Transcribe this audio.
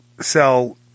sell